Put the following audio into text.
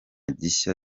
gishya